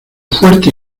fuerte